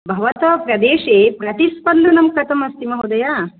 भवतः प्रदेशे प्रतिस्पन्दनं कथमस्ति महोदय